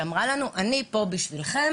שאמרה שהיא פה בשבילנו,